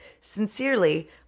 Sincerely